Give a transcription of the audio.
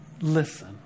listen